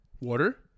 water